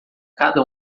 cada